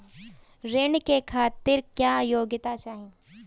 ऋण के खातिर क्या योग्यता चाहीं?